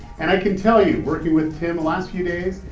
and i can tell you, working with tim the last few days,